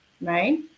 right